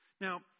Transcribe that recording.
Now